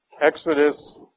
Exodus